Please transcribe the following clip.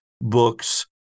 books